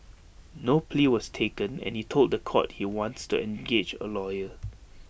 no plea was taken and he told The Court he wants to engage A lawyer